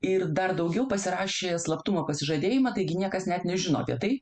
ir dar daugiau pasirašė slaptumo pasižadėjimą taigi niekas net nežino apie tai